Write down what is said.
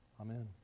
amen